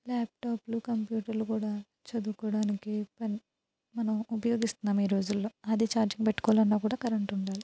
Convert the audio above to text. ల్యాప్ట్యాప్లు కంప్యూటర్లు కూడా చదువుకోడానికి పని మనం ఉపయోగిస్తున్నాం ఈ రోజుల్లో అది చార్జింగ్ పెట్టుకోవాలన్నా కూడా కరెంట్ ఉండాలి